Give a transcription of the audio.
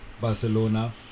Barcelona